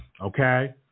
Okay